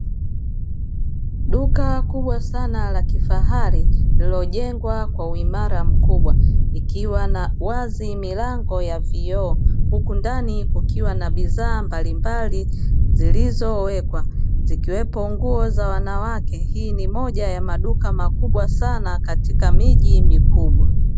Duka kubwa sana la kifahari lilojengwa kwa uimara mkubwa likiwa na wazi milango ya vioo huku ndani ukiwa na bidhaa mbalimbali zilizowekwa zikiwepo nguo za wanawake. Hii ni moja ya maduka makubwa sana katika miji mikubwa.